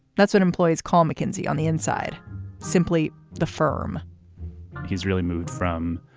that's what employees call mackenzie on the inside simply the firm he's really moved from,